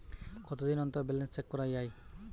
কতদিন অন্তর balance check করা য়ায়?